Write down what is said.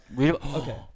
Okay